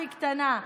הכי קטנה,